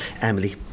Emily